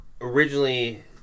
originally